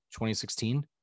2016